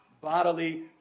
bodily